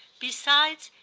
besides,